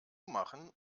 machen